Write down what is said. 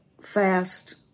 fast